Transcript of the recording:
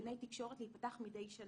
צריכים להיפתח גני תקשורת מדי שנה.